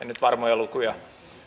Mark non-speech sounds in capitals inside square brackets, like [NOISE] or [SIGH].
[UNINTELLIGIBLE] nyt varmoja lukuja